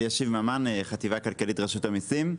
אני מהחטיבה הכלכלית ברשות המסים.